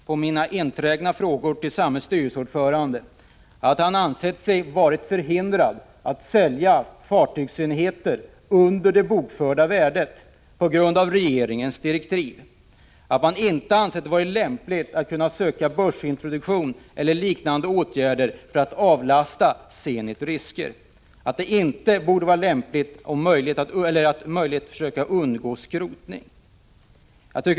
På mina enträgna frågor till samme styrelseordförande har det även framkommit att han ansett sig vara förhindrad att sälja fartygsenheter under det bokförda värdet på grund av regeringens direktiv, att man inte har ansett det vara lämpligt att söka börsintroduktion eller vidta liknande åtgärder för att avlasta Zenits risker, att det inte borde vara möjligt att försöka undgå skrotning.